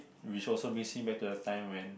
which also beings me back to the time when